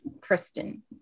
Kristen